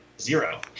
zero